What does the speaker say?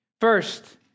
First